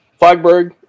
Flagberg